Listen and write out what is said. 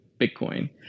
Bitcoin